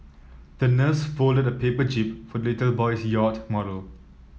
the nurse folded a paper jib for little boy's yacht model